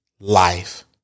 life